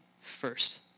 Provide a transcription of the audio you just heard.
first